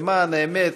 למען האמת,